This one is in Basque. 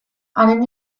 haren